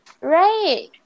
Right